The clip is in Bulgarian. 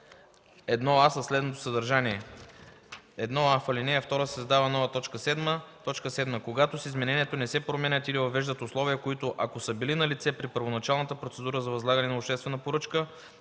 1а със следното съдържание: „1а. В ал. 2 се създава нова т. 7: „7. когато с изменението не се променят или въвеждат условия, които, ако са били налице при първоначалната процедура за възлагане на обществена поръчка,